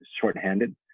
shorthanded